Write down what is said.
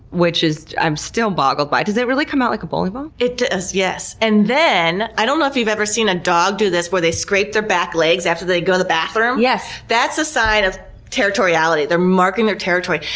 which i'm still boggled by. does it really come out like a bowling ball? it does. yes. and then, i don't know if you've ever seen a dog do this, where they scrape their back legs after they go the bathroom? yes. that's a sign of territoriality. they're marking their territory.